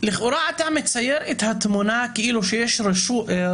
אני מעדיף את שולחן נשיא המדינה ולא את שולחן יושב ראש הוועדה